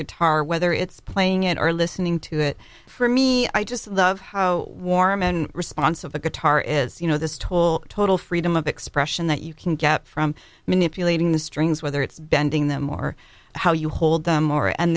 guitar whether it's playing it or listening to it for me i just love how warm and response of the guitar is you know this tool total freedom of expression that you can get from manipulating the strings whether it's bending them or how you hold them more and